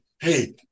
hey